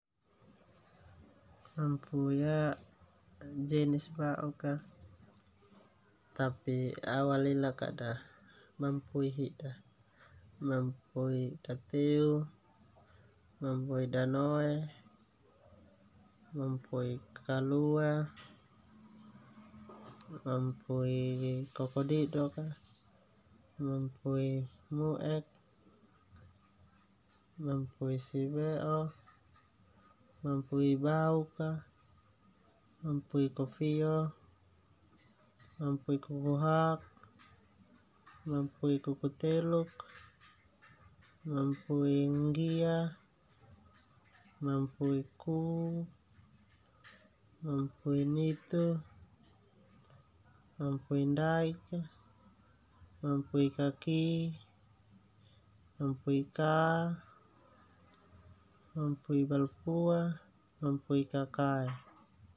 Mampui ia jenis bau'k a tapi au alelak kada mampui hi'da, mampui kateu, mampui danoe, mampui kalua, mampui kokodidok, mampui muek, mampui sibe'o, mampui bauk, mampui kofio, mampui kukuhak, mampui kukuteluk, mampui nggia, mampui kuu, mampui nitu, mampui daik, mampui kakii, mampui kaa, mampui balpua, mamapui kakae, mamapui lalao, mamapui kokok.